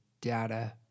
data